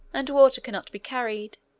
and water can not be carried,